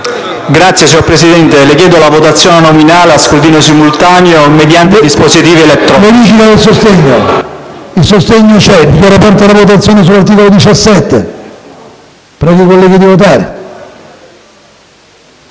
*(M5S)*. Signor Presidente, chiedo la votazione nominale con scrutinio simultaneo mediante dispositivo elettronico.